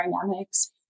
dynamics